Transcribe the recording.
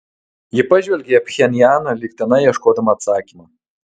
ji pažvelgė į pchenjaną lyg tenai ieškodama atsakymo